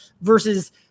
versus